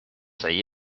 sai